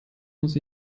muss